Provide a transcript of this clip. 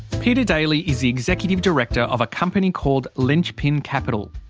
peter daly is the executive director of a company called linchpin capital.